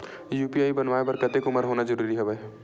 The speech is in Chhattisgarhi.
यू.पी.आई बनवाय बर कतेक उमर होना जरूरी हवय?